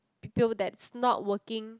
I feel that's not working